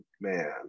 man